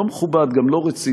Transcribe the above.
לא מכובד, גם לא רציני.